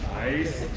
nice,